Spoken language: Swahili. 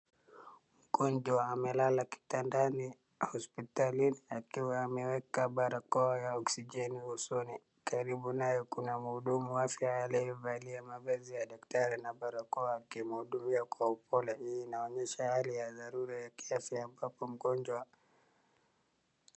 Mgonjwa amelala kitandani hospitalini akiwa ameweka barakoa ya oksijeni usoni. Karibu nayo kuna mhudumu wa afya aliyevalia mavazi ya daktari na barakoa akimhudmia kwa upole. Hii inaonyesha hali ya dharura ya kiafya ambapo mgonjwa.